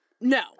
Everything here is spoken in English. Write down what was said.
No